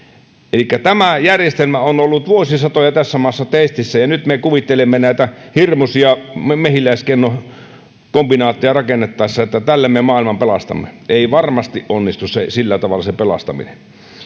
elikkä tämä järjestelmä on ollut vuosisatoja tässä maassa testissä ja nyt me kuvittelemme näitä hirmuisia mehiläiskennokombinaatteja rakennettaessa että tällä me maailman pelastamme ei varmasti onnistu sillä tavalla se pelastaminen